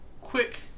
quick